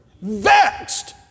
vexed